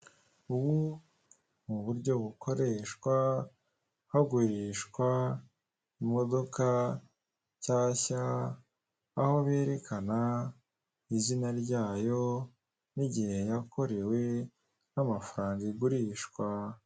Ubu ni uburyo bukoreshwa hagurishwa imodoka nshyashya aho berekana izina ryayo n'igihehe yakorewe n'amafaranga igurishwa.